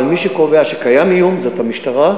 אבל מי שקובע שקיים איום זה המשטרה,